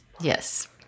Yes